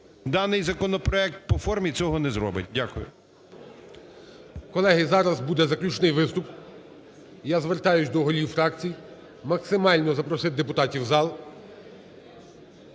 даний законопроект, по формі цього не зробить. Дякую. ГОЛОВУЮЧИЙ. Колеги, зараз буде заключний виступ. Я звертаюся до голів фракцій, максимально запросити депутатів в зал.